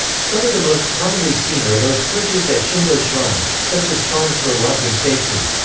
some of the most commonly seen are those purchased at shinto shrines, such as charms for luck and safety.